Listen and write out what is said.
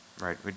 Right